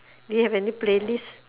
do you have any playlist